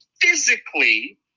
physically